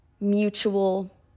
mutual